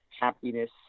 happiness